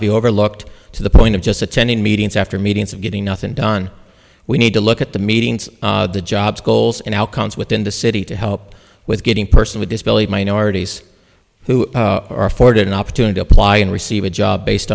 to be overlooked to the point of just attending meetings after meetings of getting nothing done we need to look at the meetings the job's goals and how comes within the city to help with getting person with disabilities minorities who are afforded an opportunity to apply and receive a job based